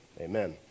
Amen